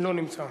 לא נמצא.